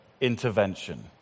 intervention